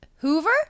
Hoover